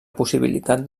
possibilitat